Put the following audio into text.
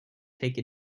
take